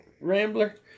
rambler